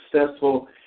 successful